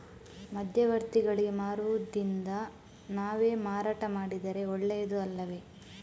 ಮಧ್ಯವರ್ತಿಗಳಿಗೆ ಮಾರುವುದಿಂದ ನಾವೇ ಮಾರಾಟ ಮಾಡಿದರೆ ಒಳ್ಳೆಯದು ಅಲ್ಲವೇ?